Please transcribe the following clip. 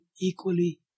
equally